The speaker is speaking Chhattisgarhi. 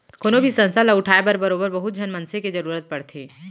कोनो भी संस्था ल उठाय बर बरोबर बहुत झन मनसे के जरुरत पड़थे